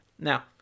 Now